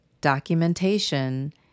Documentation